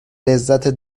لذت